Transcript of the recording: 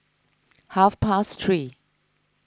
half past three